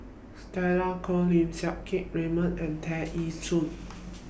Stella Kon Lim Siang Keat Raymond and Tear Ee Soon